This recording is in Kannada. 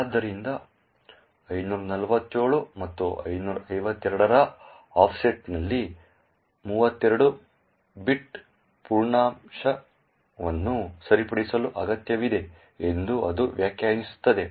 ಆದ್ದರಿಂದ 547 ಮತ್ತು 552 ರ ಆಫ್ಸೆಟ್ನಲ್ಲಿ 32 ಬಿಟ್ ಪೂರ್ಣಾಂಕವನ್ನು ಸರಿಪಡಿಸುವ ಅಗತ್ಯವಿದೆ ಎಂದು ಅದು ವ್ಯಾಖ್ಯಾನಿಸುತ್ತದೆ